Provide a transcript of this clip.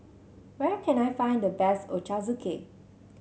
where can I find the best Ochazuke